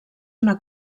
una